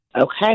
Okay